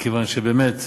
מכיוון שבאמת,